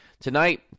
Tonight